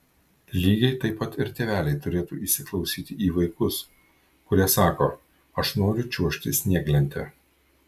lygiai taip pat ir tėveliai turėtų įsiklausyti į vaikus kurie sako aš noriu čiuožti snieglente